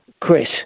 chris